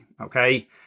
okay